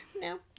No